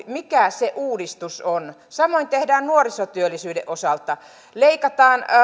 mikä se uudistus on samoin tehdään nuorisotyöllisyyden osalta leikataan